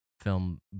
film